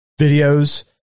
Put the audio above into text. videos